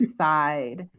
side